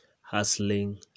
hustling